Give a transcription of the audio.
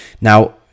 now